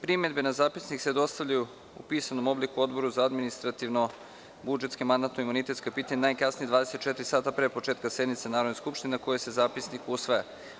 Primedbe na zapisnik se dostavljaju u pisanom obliku Odboru za administrativno-budžetska i mandatno-imunitetska pitanja najkasnije 24,00 časa pre početka sednice Narodne skupštine na kojoj se zapisnik usvaja.